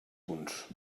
punts